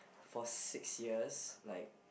for six years like